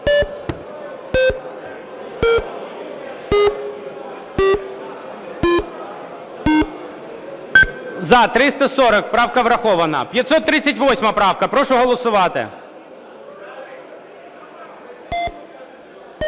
За-304 Правка врахована. 903-я правка. Прошу голосувати.